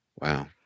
Wow